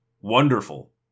Wonderful